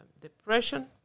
depression